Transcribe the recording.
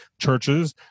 churches